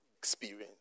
experience